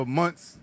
months